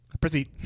Proceed